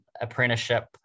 apprenticeship